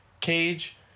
Cage